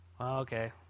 okay